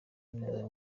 neza